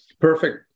perfect